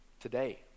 Today